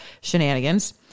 shenanigans